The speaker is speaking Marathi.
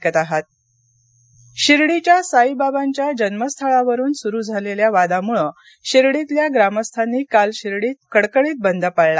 शिर्डी अहमदनगर शिर्डीच्या साईबाबांच्या जन्मस्थळावरून सुरू असलेल्या वादामुळे शिर्डीतल्या ग्रामस्थांनी काल शिर्डीमध्ये कडकडीत बंद पाळला